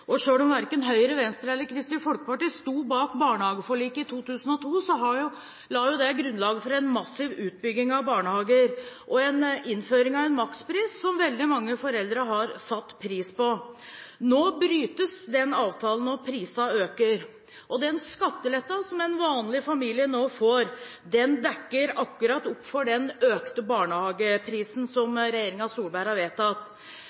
om verken Høyre, Venstre eller Kristelig Folkeparti sto bak barnehageforliket i 2002, la det grunnlaget for en massiv utbygging av barnehager og en innføring av en makspris som veldig mange foreldre har satt pris på. Nå brytes den avtalen, og prisene øker. Den skatteletten som en vanlig familie nå får, dekker akkurat opp for den økte barnehageprisen som regjeringen Solberg har vedtatt,